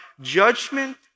judgment